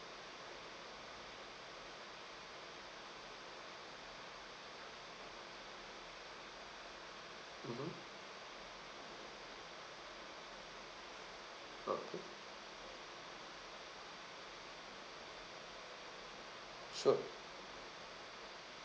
mmhmm okay sure